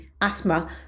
asthma